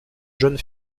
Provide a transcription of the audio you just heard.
jeune